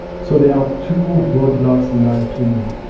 so there are two roadblocks, in my opinion.